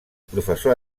professor